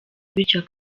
bityo